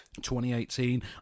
2018